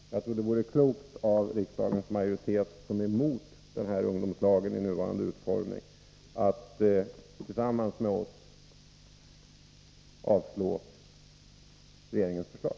Jag tror att det vore klokt av de riksdagens ledamöter som är emot förslaget till ungdomslag i nuvarande utformning att tillsammans med oss avslå regeringens förslag.